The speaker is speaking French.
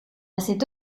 cette